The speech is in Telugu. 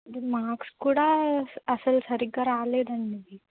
ఇది మార్క్స్ కూడా అస్సలు సరిగ్గా రాలేదండి